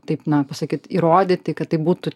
taip na pasakyt įrodyti kad tai būtų